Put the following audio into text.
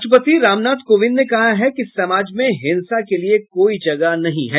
राष्ट्रपति रामनाथ कोविंद ने कहा है कि समाज में हिंसा के लिए कोई जगह नहीं है